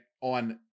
on